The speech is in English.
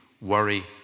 worry